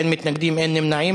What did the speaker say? אין מתנגדים, אין נמנעים.